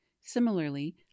Similarly